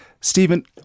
Stephen